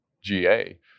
GA